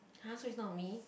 !huh! so it's not me